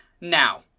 Now